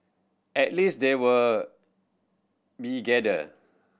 at least they were we gather